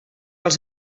els